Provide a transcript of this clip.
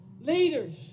leaders